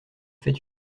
fait